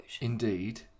Indeed